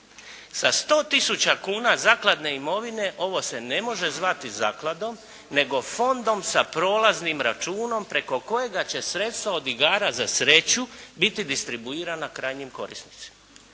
Sa 100 tisuća kuna zakladne imovine ovo se ne može zvati zakladom nego fondom sa prolaznim računom preko kojega će sredstva od igara za sreću biti distribuirana krajnjim korisnicima.